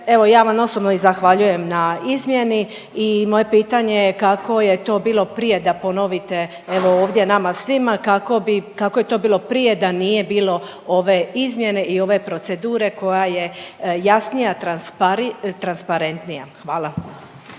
evo ja vam osobno i zahvaljujem na izmjeni i moje pitanje je kako je to bilo prije da ponovite evo ovdje nama svima kako bi, kako je to bilo prije da nije bilo ove izmjene i ove procedure koja je jasnija transpari… transparentnija. Hvala.